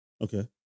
Okay